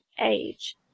age